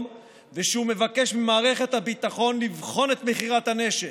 ושהוא מבקש ממערכת הביטחון לבחון את מכירת הנשק,